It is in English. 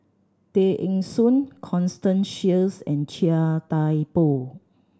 Tay Eng Soon Constance Sheares and Chia Thye Poh